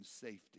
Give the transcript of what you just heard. safety